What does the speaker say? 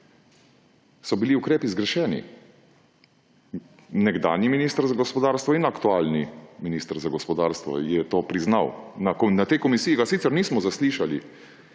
so bili ukrepi zgrešeni. Nekdanji minister za gospodarstvo in aktualni minister za gospodarstvo je to priznal. Na tej komisiji ga sicer nismo zaslišali,